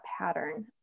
pattern